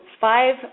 five